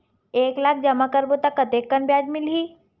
एक लाख जमा करबो त कतेकन ब्याज मिलही?